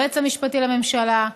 היועץ המשפטי לממשלה,